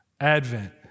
Advent